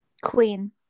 queen